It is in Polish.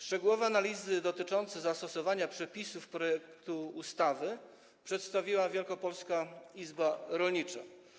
Szczegółowe analizy dotyczące zastosowania przepisów projektu ustawy przedstawiła Wielkopolska Izba Rolnicza.